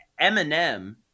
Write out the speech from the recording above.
Eminem